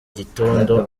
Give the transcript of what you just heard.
gitondo